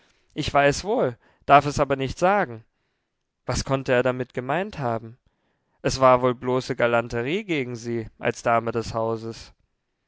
ich weiß wohl darf es aber nicht sagen was konnte er damit gemeint haben es war wohl bloße galanterie gegen sie als dame des hauses